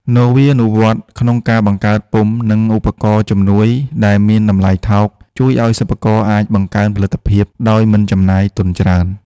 នវានុវត្តន៍ក្នុងការបង្កើតពុម្ព និងឧបករណ៍ជំនួយដែលមានតម្លៃថោក ជួយឱ្យសិប្បករអាចបង្កើនផលិតភាពដោយមិនចំណាយទុនច្រើន។